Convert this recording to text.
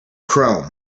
chrome